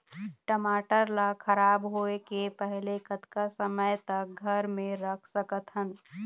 टमाटर ला खराब होय के पहले कतका समय तक घर मे रख सकत हन?